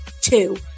two